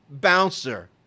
bouncer